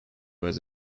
was